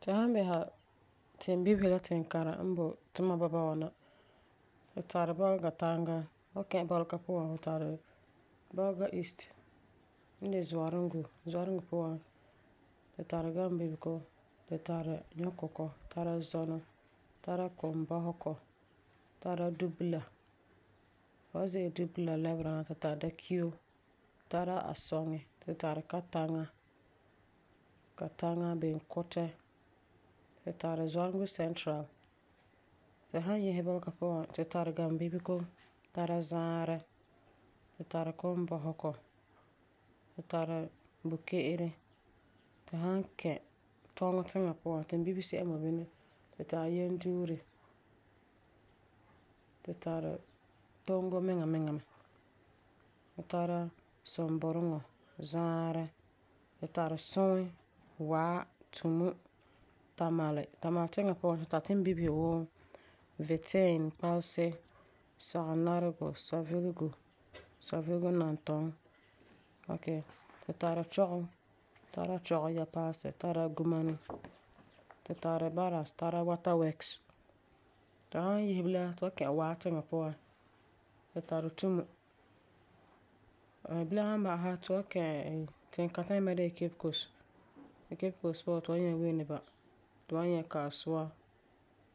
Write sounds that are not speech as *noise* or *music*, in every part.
Tu san bisa timbibesi la tinkãra n boi tumam bɔba wa na, tu tari Bɔlegatanga. Tu san ka Bɔlega puan tu tari Bolga East n de Zuarungu. Zuarungu puan tu tari Gambibego, tu tari Nyɔkukɔ, tara Zɔnɔ, tara Kumbɔsegɔ, tara Dubila. Fu san ze'ele Dubila lɛbera na tu tari Dakio, tara Asɔŋe. Tu tari Kataŋa. Kataŋa, Benkutɛ. Tu tari Zuarungu Central. Tu san yese Bɔlega puan, tu Gambibego tara Zaarɛ. Tu tari Kumbɔsegɔ, tu tari Buke'ere. Tu san ka Tɔŋɔ tiŋa puan timbibesi'a n boi bini tu tari Yinduure, tu tari Tongo miŋa miŋa mɛ tara Sumbureŋɔ, Zaarɛ. Tu tari Sur, Wa, Tumu, Tamale. Tamale tiŋa puan tu tari timbibesi wuu Vittin, Kpalsi, Sagenaregu, Savelugu, Savelugu Nanton. Okay, tu Chogu, Chogu Yapalesi, tara Gumani. Tu tari Barracks, tara Water works. Tu san yese bilam tu wan kɛ̃ Waa tiŋa puan. Tu Tumu. Bilam san ba'asɛ ti wan kɛ̃, tinkãtɛ ayima de'e Cape Coast. Ti Cape Coast puan tu wan nyɛ Winneba, tu wan nyɛ Kasua,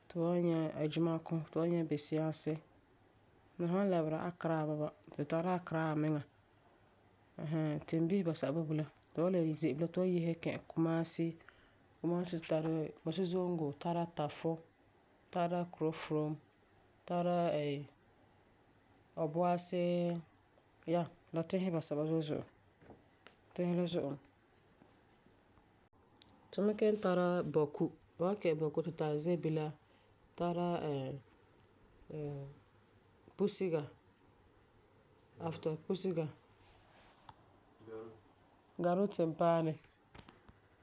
tu wan nyɛ Ajumako tu wan nyɛ Bisiase. Tu san lɛbera Accra bɔba tu tari Accra miŋa ɛɛn hɛɛn. Timbibesi basɛba boi bilam. Tu san le ze'ele tu wan yese kɛ̃ Kumasi Kumasi tu tari Moshie Zongo, tu tari Tafo tara Krofrom, tara *hesitation* Obuasi, yeah, la tisi basɛba zo'e zo'e. Tisi la zo'e mɛ. Tu me kelum tara Bawku. Fu san ka Bawku tu tari Zebila, tara *hesitation* Pusega. After Pusega, Garu Timpaani.